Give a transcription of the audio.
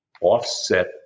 offset